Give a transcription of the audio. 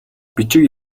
бичиг